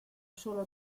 sólo